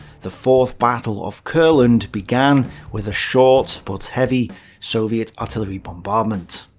the fourth battle of courland began with a short but heavy soviet artillery bombardment.